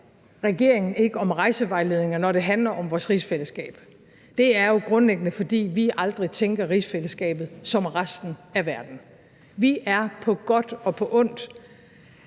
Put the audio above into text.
regeringen ikke om rejsevejledninger, når det handler om vores rigsfællesskab? Det er jo grundlæggende, fordi vi aldrig tænker rigsfællesskabet som resten af verden. Vi er på godt og ondt